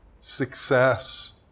success